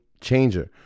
changer